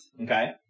Okay